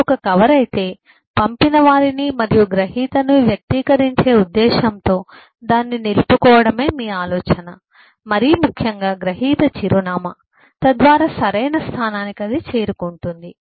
ఇది ఒక కవరు అయితే పంపినవారిని మరియు గ్రహీతను వ్యక్తీకరించే ఉద్దేశ్యంతో దాన్ని నిలుపుకోవడమే మీ ఆలోచన మరీ ముఖ్యంగా గ్రహీత చిరునామా తద్వారా సరైన స్థానానికి చేరుకుంటుంది